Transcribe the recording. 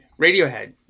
Radiohead